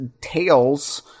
Tails